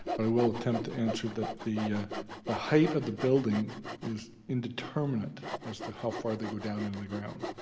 but i will attempt to answer that the the height of the building is indeterminate as to how far they go down in the ground.